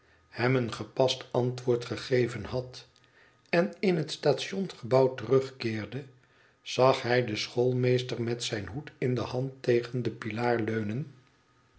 hem een gepast antwoord gegeven had en in het stationsgebouw terugkeerde zag hij den schoolmeester met zijn hoed in de hand tegen den pilaar leunen